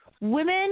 Women